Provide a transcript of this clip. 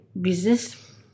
business